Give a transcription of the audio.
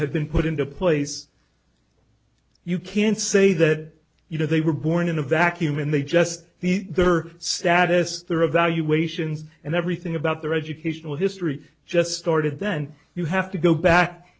have been put into place you can say that you know they were born in a vacuum and they just he their status their evaluations and everything about their educational history just started then you have to go back